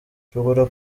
ushobora